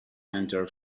center